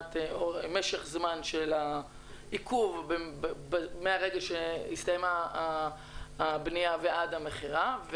מבחינת משך הזמן של העיכוב מהרגע שהסתיימה הבנייה ועד המכירה.